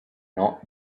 not